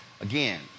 Again